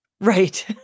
Right